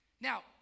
Now